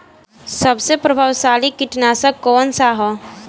सबसे प्रभावशाली कीटनाशक कउन सा ह?